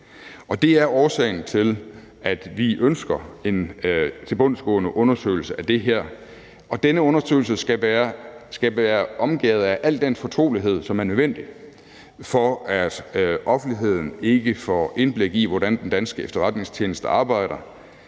Det er årsagen til, at vi ønsker en tilbundsgående undersøgelse af det her, og denne undersøgelse skal være omgærdet af al den fortrolighed, som er nødvendig for, at offentligheden ikke får indblik i, hvordan den danske efterretningstjeneste arbejder.